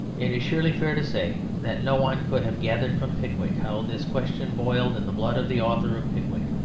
it is surely fair to say that no one could have gathered from pickwick how this question boiled in the blood of the author of pickwick.